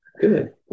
good